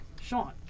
Sean